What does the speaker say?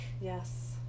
Yes